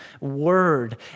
word